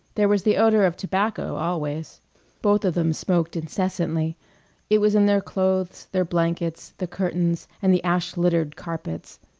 there was the odor of tobacco always both of them smoked incessantly it was in their clothes, their blankets, the curtains, and the ash-littered carpets.